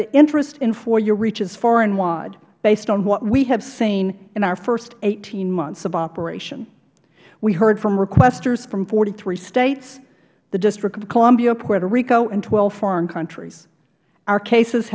the interest in foia reaches far and wide based on what we have seen in our first eighteen months of operation we heard from requesters from forty three states the district of columbia puerto rico and twelve foreign countries our cases